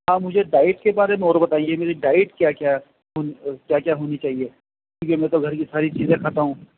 ہاں مجھے ڈائٹ کے بارے میں اور بتائیے میری ڈائٹ کیا کیا ہو کیا کیا ہونی چاہیے کیونکہ میں تو گھر کی ساری چیزیں کھاتا ہوں